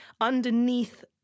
Underneath